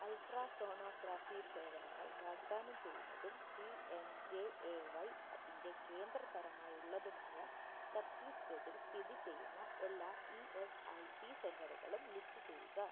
ultra sonography സേവനങ്ങൾ വാഗ്ദാനം ചെയ്യുന്നതും P M J A Y അതിൻ്റെ കേന്ദ്ര തരമായി ഉള്ളതുമായ ഛത്തീസ്ഗഡിൽ സ്ഥിതി ചെയ്യുന്ന എല്ലാ ഇ എസ് ഐ സി സെൻ്ററുകളും ലിസ്റ്റു ചെയ്യുക